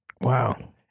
Wow